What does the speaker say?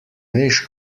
veš